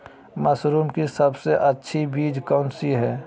Mushroom की सबसे अच्छी बीज कौन सी है?